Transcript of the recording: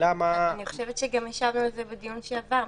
אני חושבת שהשבנו על זה בדיון שעבר.